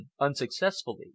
unsuccessfully